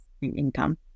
income